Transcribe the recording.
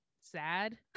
sad